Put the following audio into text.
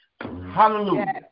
Hallelujah